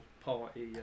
party